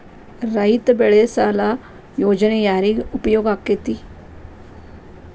ರೈತ ಬೆಳೆ ಸಾಲ ಯೋಜನೆ ಯಾರಿಗೆ ಉಪಯೋಗ ಆಕ್ಕೆತಿ?